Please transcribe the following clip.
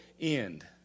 end